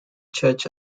church